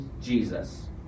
Jesus